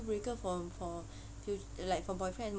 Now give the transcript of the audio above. dealbreaker for for fu~ like for boyfriend